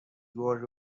گرگ